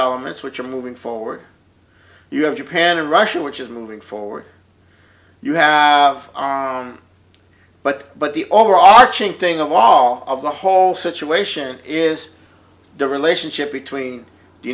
developments which are moving forward you have japan and russia which is moving forward you have but but the overall arching thing of all of the whole situation is the relationship between the